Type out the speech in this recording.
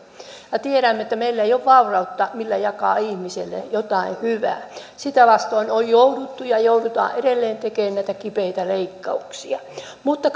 minä tiedän että meillä ei ole vaurautta millä jakaa ihmisille jotain hyvää sitä vastoin on jouduttu ja joudutaan edelleen tekemään näitä kipeitä leikkauksia mutta